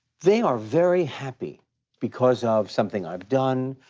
they are very happy because of something i've done.